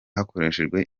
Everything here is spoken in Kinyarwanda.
hakoreshejwe